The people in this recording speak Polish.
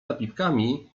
napiwkami